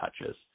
touches